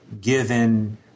given